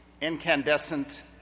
incandescent